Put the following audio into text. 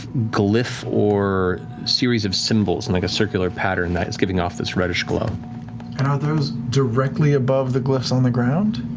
glyph or series of symbols in like a circular pattern that is giving off this reddish glow. sam and are those directly above the glyphs on the ground?